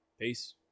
Peace